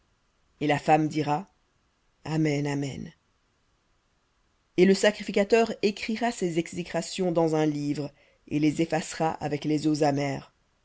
et la femme dira amen amen et le sacrificateur écrira ces exécrations dans un livre et les effacera avec les eaux amères